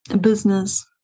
business